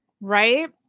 Right